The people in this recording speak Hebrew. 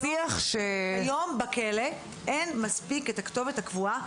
הוא שכיום בכלא אין מספיק הכתובת הקבועה.